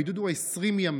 הבידוד הוא 20 ימים.